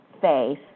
Faith